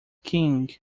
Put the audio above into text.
king